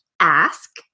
Ask